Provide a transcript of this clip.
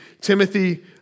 Timothy